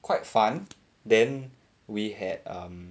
quite fun then we had um